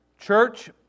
Church